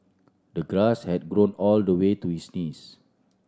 the grass had grown all the way to his knees